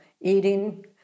eating